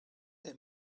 they